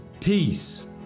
Peace